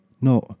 No